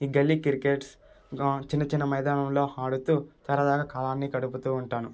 ఈ గల్లీ క్రికెట్స్ చిన్న చిన్న మైదానంలో ఆడుతూ సరదాగా కాలాన్ని గడుపుతూ ఉంటాను